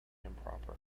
improper